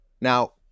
Now